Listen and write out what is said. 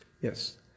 yes